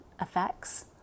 effects